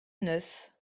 neuf